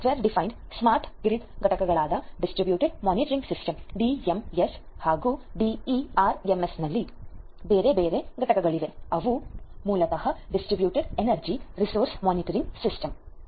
software defined smart grid ಘಟಕಗಳಾದ distributed management system DMS ಡಿಇಆರ್ಎಂಎಸ್ನಲ್ಲಿ ಅವು ಬೇರೆ ಬೇರೆ ಘಟಕಗಳಿವೆ ಅವು ಮೂಲತಃ distributed energy resource management system